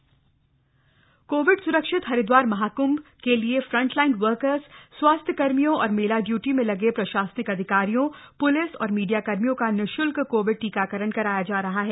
Mahakumbh Covid व्यवस्था Covid स्रक्षित हरिद्वार महाक्ंभ का लिए फ्रंटलाइन वर्कर्स स्वास्थ्य कर्मियों और मप्ता इयूटी में लग प्रशासनिक अधिकारियों पुलिस और मीडिया कर्मियों का निःश्ल्क कोविड टीकाकरण कराया जा रहा है